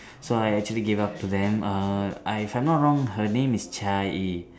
so I actually gave up to them uh I if I'm not wrong her name is Jia-Yi